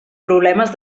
problemes